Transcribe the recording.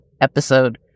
episode